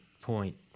point